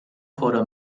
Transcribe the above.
quota